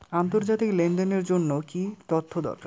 আন্তর্জাতিক লেনদেনের জন্য কি কি তথ্য দরকার?